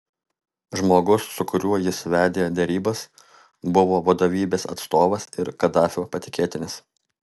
žmogus su kuriuo jis vedė derybas buvo vadovybės atstovas ir kadafio patikėtinis